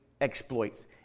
exploits